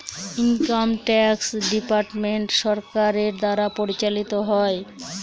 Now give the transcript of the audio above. income tax department সরকারের দ্বারা পরিচালিত হয়